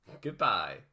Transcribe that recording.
Goodbye